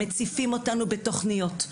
מציפים אותנו בתוכניות.